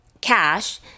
cash